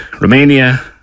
Romania